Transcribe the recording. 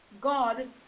God